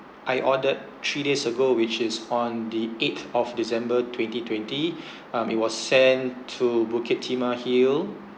I ordered three days ago which is on the eighth of december twenty twenty um it was sent to bukit timah hill